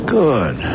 good